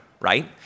right